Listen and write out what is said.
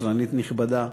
קצרנית נכבדה,